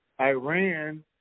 Iran